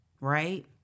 right